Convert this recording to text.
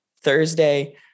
Thursday